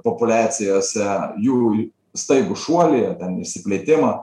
populiacijose jų staigų šuolį išsiplėtimą